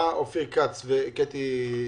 באו אופיר כץ וקטי שטרית,